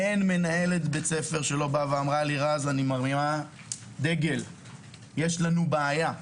אין מנהלת בית ספר שלא אמרה לי שהיא מרימה דגל ושיש בעיה.